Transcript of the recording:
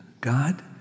God